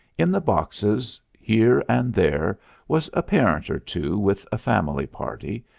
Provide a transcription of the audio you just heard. in the boxes here and there was a parent or two with a family party,